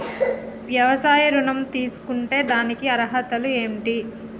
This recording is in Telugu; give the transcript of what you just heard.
వ్యవసాయ ఋణం తీసుకుంటే దానికి అర్హతలు ఏంటి?